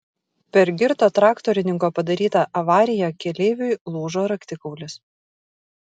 per girto traktorininko padarytą avariją keleiviui lūžo raktikaulis